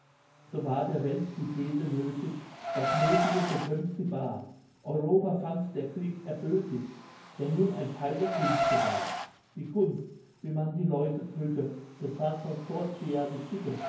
so war der welt die fehde nötig das nötige bekommt sie baar europa fand der krieg erböthig der nun ein theil der künste war die kunst wie man die leute drücke besaß von sforcia die tücke